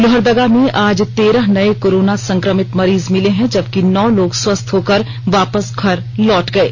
लोहरदगा में आज तेरह नये कोरोना संक्रमित मरीज मिले है जबकि नौ लोग स्वस्थ होकर वापस घर लौट गये